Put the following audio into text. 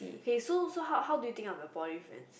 okay so so how how how do you think on your poly friends